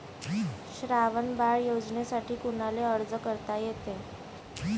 श्रावण बाळ योजनेसाठी कुनाले अर्ज करता येते?